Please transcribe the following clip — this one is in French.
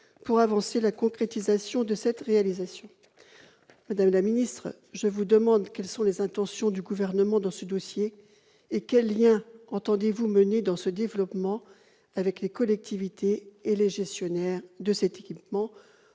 pour concrétiser cette réalisation. Madame la ministre, je vous demande quelles sont les intentions du Gouvernement dans ce dossier, et comment vous entendez mener ce développement avec les collectivités et les gestionnaires de cet équipement.